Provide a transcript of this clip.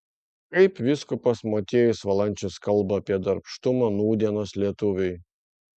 kaip vyskupas motiejus valančius kalba apie darbštumą nūdienos lietuviui